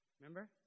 Remember